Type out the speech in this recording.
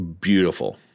Beautiful